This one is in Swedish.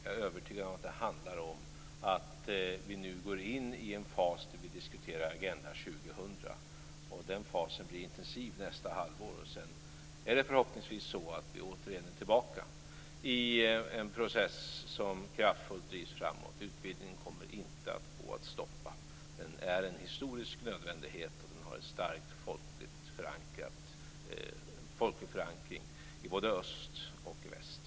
Jag är övertygad om att det handlar om att vi nu går in i en fas där vi diskuterar Agenda 2000. Den fasen blir intensiv nästa halvår. Sedan är vi förhoppningsvis tillbaka i en process som kraftfullt drivs framåt. Utvidgningen kommer inte att gå att stoppa. Den är en historisk nödvändighet och har en stark folklig förankring i både öst och väst.